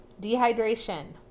dehydration